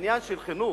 העניין של חינוך,